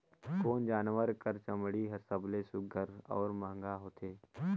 कोन जानवर कर चमड़ी हर सबले सुघ्घर और महंगा होथे?